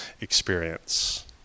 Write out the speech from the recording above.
experience